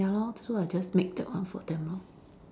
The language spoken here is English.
ya lor so I just make that one for them lor